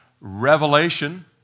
Revelation